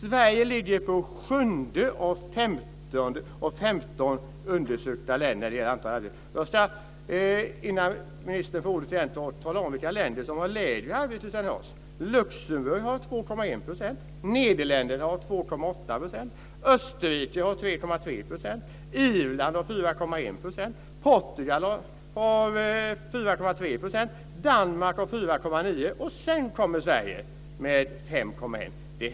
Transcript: Sverige ligger på 7:e plats bland 15 undersökta länder när det gäller antalet arbetslösa. Innan ministern får ordet igen ska jag tala om vilka länder som har lägre arbetslöshet än vi. Luxemberg har 2,1 %, Nederländerna har 2,8 %, Österrike har 3,3 %, Irland har 4,1 %, Portugal har 4,3 %, Danmark har 4,9 % och sedan kommer Sverige med 5,1 %.